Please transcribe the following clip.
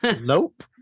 nope